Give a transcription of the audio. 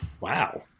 Wow